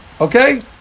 Okay